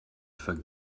for